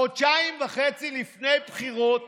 חודשיים וחצי לפני בחירות